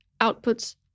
outputs